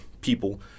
people